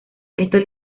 estos